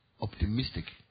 optimistic